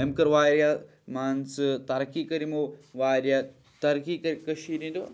أمۍ کٔر واریاہ مان ژٕ ترقی کٔر یِمو واریاہ ترقی کَرِ کٔشیٖرِ ہِنٛدیو